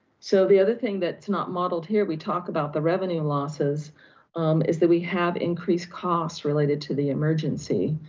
so the other thing that's not modeled here, we talk about the revenue losses is that we have increased costs related to the emergency.